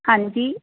ਹਾਂਜੀ